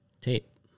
tape